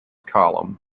column